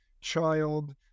child